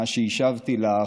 מה שהשבתי לך: